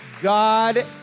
God